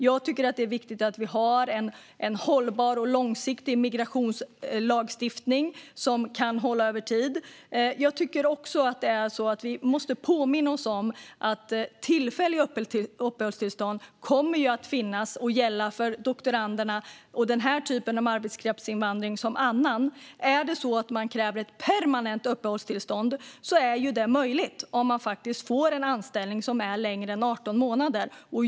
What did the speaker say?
Jag tycker att det är viktigt att vi har en hållbar och långsiktig migrationslagstiftning som kan hålla över tid. Jag tycker också att vi måste påminna oss om att tillfälliga uppehållstillstånd kommer att finnas och gälla för doktoranderna och den här typen av arbetskraftsinvandring liksom annan sådan. Om man kräver ett permanent uppehållstillstånd är det möjligt att få det om man faktiskt får en anställning som är längre än 18 månader.